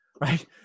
right